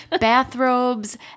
Bathrobes